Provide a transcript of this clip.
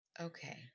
Okay